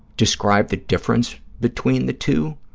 describe the difference between the two,